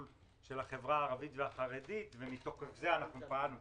של החברה החרדית והערבית ומתוקף זה אנחנו פעלנו,